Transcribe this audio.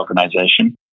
organization